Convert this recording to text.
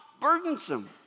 burdensome